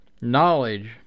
Knowledge